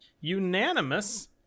unanimous